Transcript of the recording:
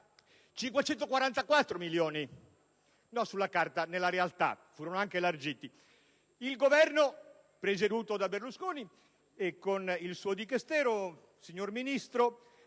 VITA *(PD)*. Non sulla carta, nella realtà! E furono anche elargiti. Il Governo presieduto da Berlusconi con il suo Dicastero, signor Ministro,